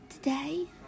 Today